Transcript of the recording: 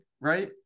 right